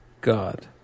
God